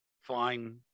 Fine